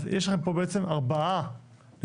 אז יש לכם פה בעצם ארבעה נציגים